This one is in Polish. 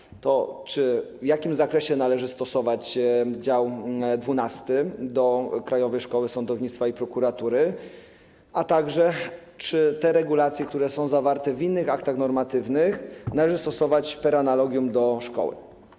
Chodzi o to, czy i w jakim zakresie należy stosować dział XII do Krajowej Szkoły Sądownictwa i Prokuratury, a także czy te regulacje, które są zawarte w innych aktach normatywnych, należy stosować per analogiam do szkoły.